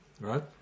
right